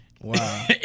Wow